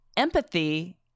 empathy